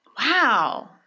Wow